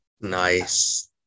Nice